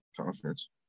Conference